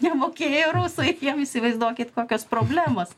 nemokėjo rusų jiem įsivaizduokit kokios problemos